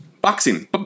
boxing